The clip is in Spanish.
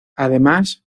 además